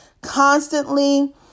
constantly